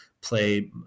play